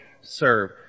Serve